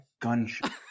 gunshot